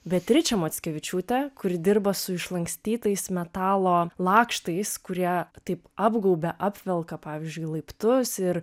beatričę mockevičiūtę kuri dirba su išlankstytais metalo lakštais kurie taip apgaubia apvelka pavyzdžiui laiptus ir